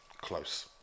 close